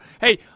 Hey